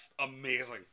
amazing